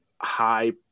high